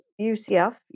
UCF